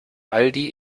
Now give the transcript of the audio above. aldi